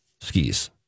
skis